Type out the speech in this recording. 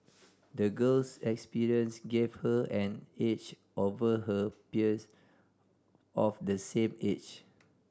the girl's experience gave her an edge over her peers of the same age